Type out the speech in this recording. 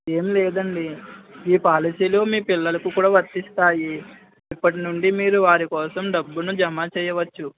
ఏం లేదండి ఈ పాలసీలు మీ పిల్లలకు కూడా వర్తిస్తాయి ఇప్పట్నుండి మీరు వారికోసం డబ్బుని జమా చేయవచ్చు